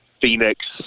Phoenix